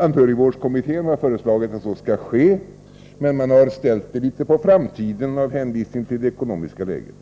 Anhörigvårdskommittén har föreslagit att så skall ske, men man har ställt det litet på framtiden med hänvisning till det ekonomiska läget.